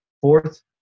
fourth